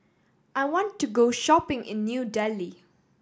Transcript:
I want to go shopping in New Delhi